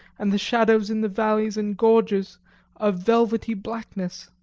and the shadows in the valleys and gorges of velvety blackness.